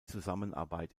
zusammenarbeit